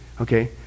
okay